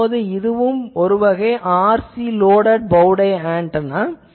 இப்போது இதுவும் ஒருவகை RC loaded bow tie antenna